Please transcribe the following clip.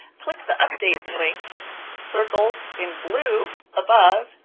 click the update link circled in blue above,